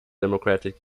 democratic